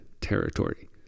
territory